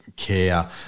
care